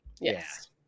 yes